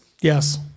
Yes